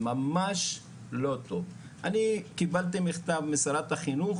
ממש לא טוב, אני קיבלתי מכתב משרת החינוך